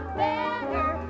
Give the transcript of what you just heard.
better